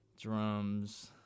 drums